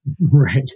Right